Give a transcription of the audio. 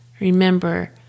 Remember